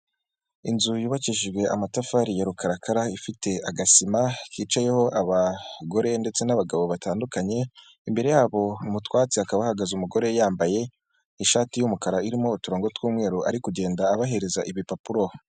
Inzu yubakishijwe amatafari ya rukarakara, ifite agasima kicayeho abagore ndetse n'abagabo batandukanye, imbere yabo mu twatsi hakaba hahagaze umugore yambaye ishati y'umukara irimo uturongo tw'umweru ari kugenda abahereza ibipapuro.